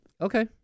Okay